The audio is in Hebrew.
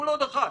כולו דח"צ.